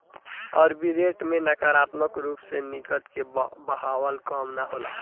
arbitrage में नकारात्मक रूप से नकद के बहाव कम ना होला